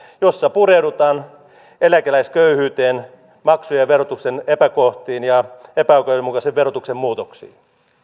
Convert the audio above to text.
jossa pureudutaan eläkeläisköyhyyteen maksujen ja verotuksen epäkohtiin ja epäoikeudenmukaisen verotuksen muutoksiin